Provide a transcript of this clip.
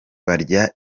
barya